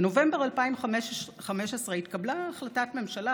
בנובמבר 2015 התקבלה החלטת ממשלה,